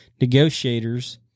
negotiators